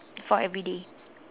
for everyday